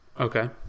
Okay